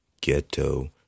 ghetto